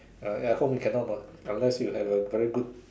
uh ya at home you cannot what unless you have a very good